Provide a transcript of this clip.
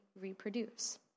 reproduce